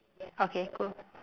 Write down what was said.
okay cool